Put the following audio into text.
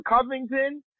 Covington